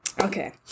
Okay